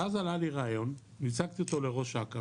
ואז עלה לי רעיון והצגתי אותו לראש אכ"א,